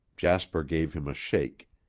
jasper gave him a shake.